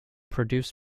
produced